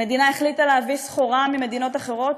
המדינה החליטה להביא סחורה ממדינות אחרות,